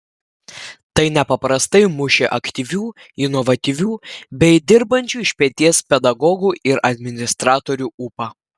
tai nepaprastai mušė aktyvių inovatyvių bei dirbančių iš peties pedagogų ir administratorių ūpą